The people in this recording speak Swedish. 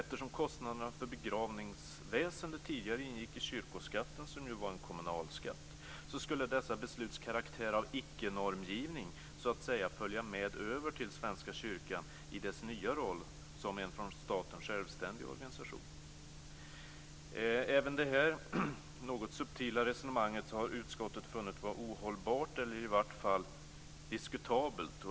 Eftersom kostnaderna för begravningsväsendet tidigare ingick i kyrkoskatten, som ju var en kommunalskatt, skulle dessa besluts karaktär av icke-normgivning så att säga följa med över till Svenska kyrkan i dess nya roll som en från staten självständig organisation. Även detta något subtila resonemang har utskottet funnit vara ohållbart, eller i vart fall diskutabelt.